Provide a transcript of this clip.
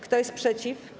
Kto jest przeciw?